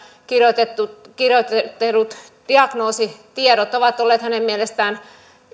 kirjoitetut kirjoitetut diagnoositiedot ovat olleet hänen mielestään